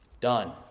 done